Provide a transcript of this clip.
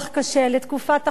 לתקופת החלמה.